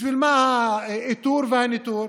בשביל מה האיתור והניטור?